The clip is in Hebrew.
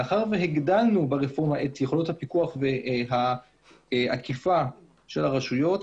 מאחר והגדלנו ברפורמה את יכולת הפיקוח והאכיפה של הרשויות,